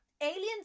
Aliens